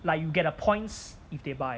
like you get the points if they buy